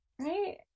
right